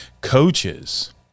Coaches